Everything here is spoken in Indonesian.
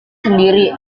sendiri